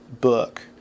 book